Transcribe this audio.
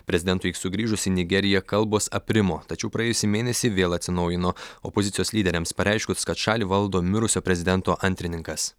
prezidentui sugrįžus į nigeriją kalbos aprimo tačiau praėjusį mėnesį vėl atsinaujino opozicijos lyderiams pareiškus kad šalį valdo mirusio prezidento antrininkas